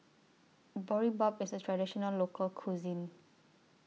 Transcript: Boribap IS A Traditional Local Cuisine